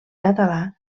català